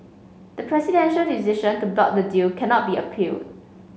the presidential decision to block the deal cannot be appealed